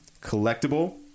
collectible